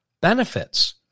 benefits